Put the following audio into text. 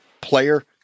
player